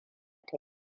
ta